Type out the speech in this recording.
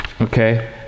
Okay